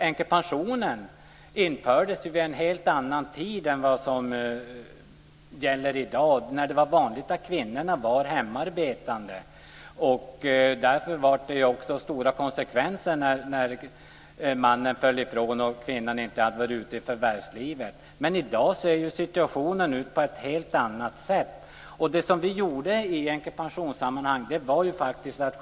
Änkepensionen infördes vid en helt annan tid än i dag då det var vanligt att kvinnor var hemarbetande. Därför blev det också stora konsekvenser när mannen föll ifrån och kvinnan inte hade varit ute i förvärvslivet. Men i dag ser situationen ut på ett helt annat sätt. Det som vi gjorde i änkepensionssammanhanget var att skydda kvinnorna.